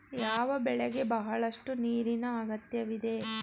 ಯಾವ ಬೆಳೆಗೆ ಬಹಳಷ್ಟು ನೀರಿನ ಅಗತ್ಯವಿದೆ?